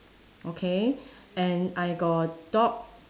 okay and I got dog